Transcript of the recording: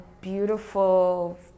beautiful